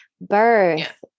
birth